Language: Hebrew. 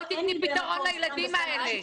בואי תיתני פתרון לילדים האלה.